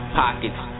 pockets